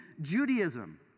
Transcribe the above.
Judaism